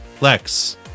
Lex